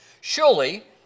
Surely